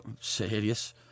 serious